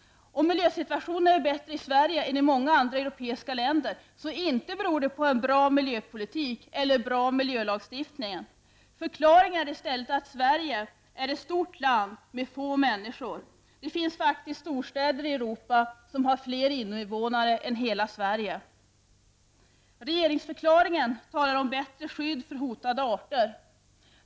Om miljösituationen är bättre i Sverige än i många andra europeiska länder, så inte beror det på en bra miljöpolitik eller bra miljölagstiftning. Förklaringen är i stället att Sverige är ett stort land med få människor. Det finns faktiskt storstäder i Europa som har fler invånare än hela Sverige! I regeringsförklaringen talas om bättre skydd för hotade arter.